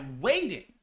waiting